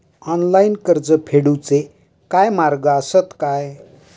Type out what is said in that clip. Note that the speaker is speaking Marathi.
ऑनलाईन कर्ज फेडूचे काय मार्ग आसत काय?